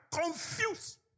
confused